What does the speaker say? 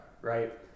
right